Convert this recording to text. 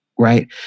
right